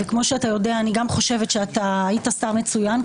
וכמו שאתה יודע אני גם חושבת שהיית שר מצוין.